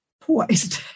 poised